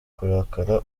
kurakara